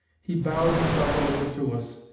he bowed himself a little to us,